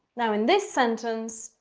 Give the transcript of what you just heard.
now in this sentence,